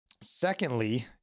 secondly